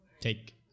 take